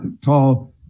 tall